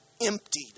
emptied